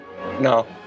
No